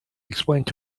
explained